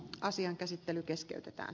asian käsittely keskeytetään